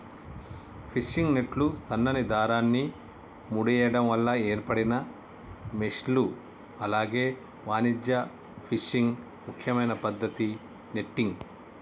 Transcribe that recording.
fishing నెట్లు సన్నని దారాన్ని ముడేయడం వల్ల ఏర్పడిన మెష్లు అలాగే వాణిజ్య ఫిషింగ్ ముఖ్యమైన పద్దతి నెట్టింగ్